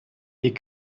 die